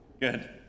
good